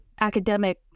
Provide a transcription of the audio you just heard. academic